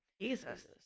Jesus